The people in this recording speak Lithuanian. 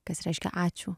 kas reiškia ačiū